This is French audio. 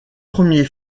premiers